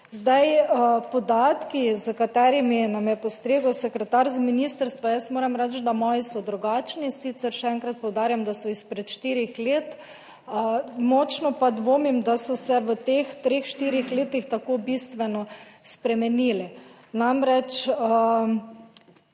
Zdaj, podatki s katerimi nam je postregel sekretar z ministrstva, jaz moram reči, da moji so drugačni, sicer še enkrat poudarjam, da so izpred 4 let, močno pa dvomim, da so se v teh 3, 4 letih tako bistveno spremenili. Namreč,